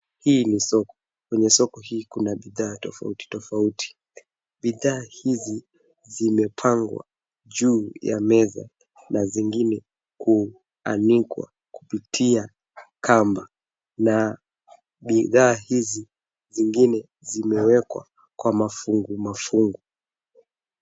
Hii ni soko. Kwenye soko hii kuna bidhaa tofauti tofauti. Bidhaa hizi zimepangwa juu ya meza na zingine kuanikwa kupitia kamba na bidhaa hizi zingine zimewekwa kwa mafungu mafungu.